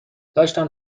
داشتم